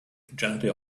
gently